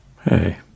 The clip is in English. Hey